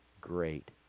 great